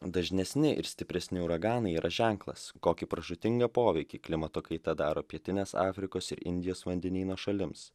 dažnesni ir stipresni uraganai yra ženklas kokį pražūtingą poveikį klimato kaita daro pietinės afrikos ir indijos vandenyno šalims